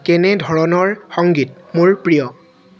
কেনেধৰণৰ সংগীত মোৰ প্ৰিয়